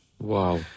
Wow